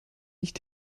nicht